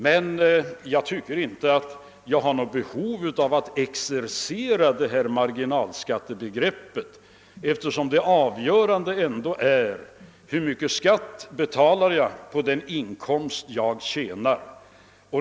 Men jag tycker inte att jag har något behov av att exercera det här marginalskattebegreppet, eftersom det avgörande ändå är hur mycket skatt jag betalar på den inkomst jag tjänar.